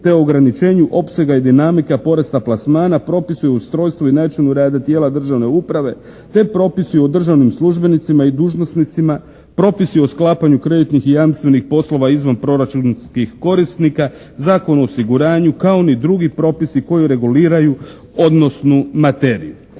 te ograničenju opsega i dinamika, porasta plasmana, propisu i ustrojstvu i načinu rada dijela državne uprave te propisu i o državnim službenicima i dužnosnicima, propisi o sklapanju kreditnih i jamstvenih poslova izvanproračunskih korisnika, Zakona o osiguranju kao ni drugi propisi koji reguliraju odnosnu materiju.